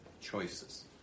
choices